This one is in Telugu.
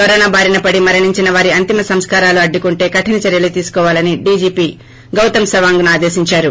కరోనా బారిన పడి మరణించిన వారి అంతిమ సంస్కారాలు అడ్డుకుంటే కరిన చర్యలు తీసుకోవాలని డీజీపీ గౌతం సవాంగ్ను ఆదేశించారు